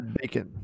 Bacon